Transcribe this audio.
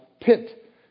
pit